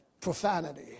Profanity